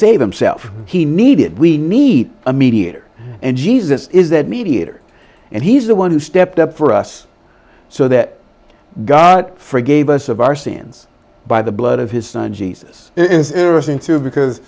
save himself he needed we need a mediator and jesus is that mediator and he is the one who stepped up for us so that god forgave us of our sins by the blood of his son jesus because